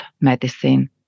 medicine